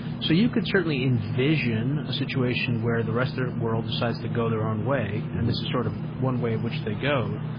so you could certainly envision a situation where the rest of the world decides to go their own way, and this is sort of one way in which they go.